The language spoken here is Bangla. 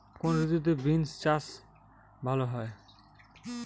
কোন ঋতুতে বিন্স চাষ ভালো হয়?